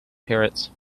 parrots